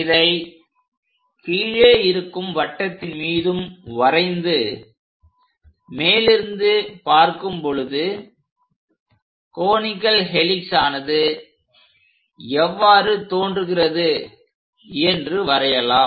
இதை கீழே இருக்கும் வட்டத்தின் மீதும் வரைந்துமேலிருந்து பார்க்கும் பொழுது கோனிகல் ஹெலிக்ஸ் ஆனது எவ்வாறு தோன்றுகிறது என்று வரையலாம்